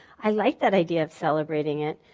i like that idea of celebrating it.